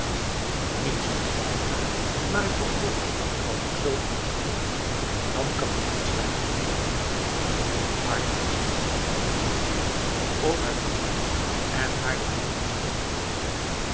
niets nicht barbara maar ik word boos als ik zoo iets hoor en dan kan ik niet zwijgen artistenbloed zegt dorus op haar toe gaande en haar de hand toestekend